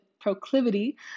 proclivity